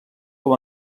com